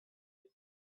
like